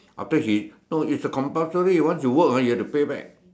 after he no is compulsory once you work ah you have to pay back